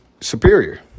superior